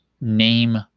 name